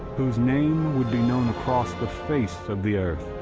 whose name would be known across the face of the earth.